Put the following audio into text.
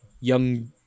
young